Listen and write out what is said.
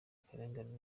akarengane